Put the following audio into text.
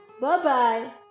Bye-bye